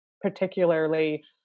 particularly